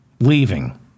Leaving